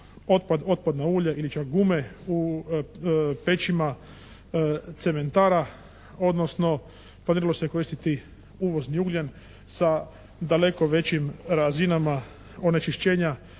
otpadno ulje ili čak gume u pećima cementara odnosno planiralo se koristiti uvozni ugljen sa daleko većim razinama onečišćenja